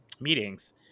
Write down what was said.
meetings